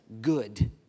good